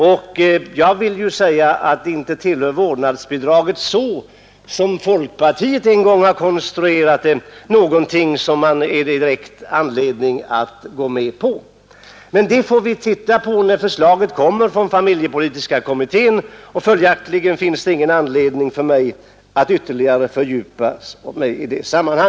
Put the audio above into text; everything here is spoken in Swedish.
Och jag vill ju säga, att inte är vårdnadsbidraget så som folkpartiet en gång konstruerade det någonting som man egentligen har anledning att ansluta sig till. Men det får vi se på när förslaget kommer från familjepolitiska kommittén. Det finns följaktligen ingen anledning för mig att ytterligare fördjupa mig i de frågorna.